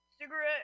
Cigarette